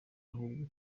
ahubwo